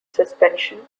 suspension